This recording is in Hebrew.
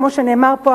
כמו שנאמר פה,